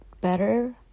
better